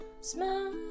Smile